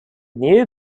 new